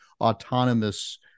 autonomous